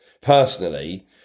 Personally